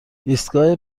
ایستگاه